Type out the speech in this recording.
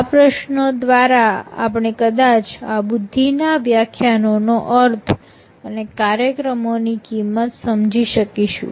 આ પ્રશ્નો દ્વારા આપણે કદાચ આ બુદ્ધિના વ્યાખ્યાનો નો અર્થ અને કાર્યક્રમો ની કિંમત સમજી શકશું